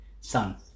sun